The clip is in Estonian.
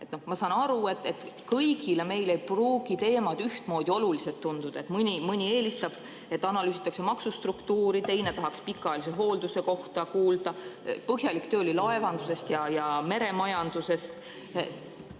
Ma saan aru, et kõigile meile ei pruugi teemad ühtmoodi olulised tunduda. Mõni eelistab, et analüüsitakse maksustruktuuri, teine tahaks pikaajalise hoolduse kohta kuulda. Põhjalik töö oli laevandusest ja meremajandusest.